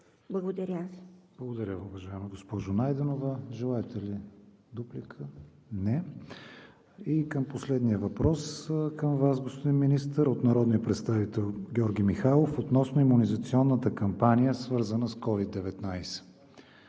ВИГЕНИН: Благодаря, уважаема госпожо Найденова. Желаете ли дуплика? Не. И към последния въпрос към Вас, господин Министър, от народния представител Георги Михайлов относно имунизационната кампания, свързана с COVID-19.